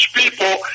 people